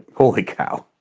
holy cow.